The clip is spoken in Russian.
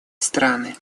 страны